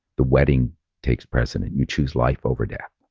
the wedding takes precedent, you choose life over death.